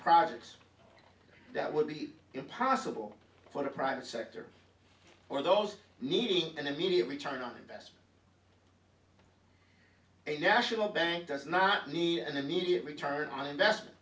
projects that would be impossible for the private sector or those needing an immediate return on investment a national bank does not need an immediate retired on investment